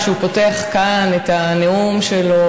כשהוא פותח כאן את הנאום שלו,